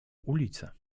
ulice